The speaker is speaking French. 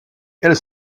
elles